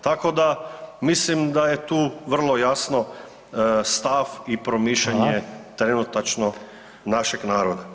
Tako da mislim da je tu vrlo jasno stav i promišljanje trenutačno našeg naroda.